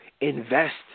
invest